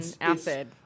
acid